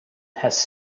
has